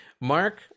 Mark